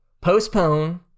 postpone